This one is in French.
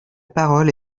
parole